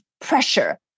pressure